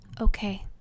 Okay